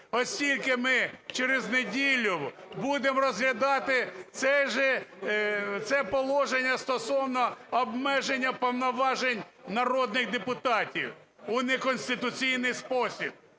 оскільки ми через неділю будемо розглядати це положення, стосовно обмеження повноважень народних депутатів у неконституційний спосіб.